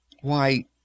Why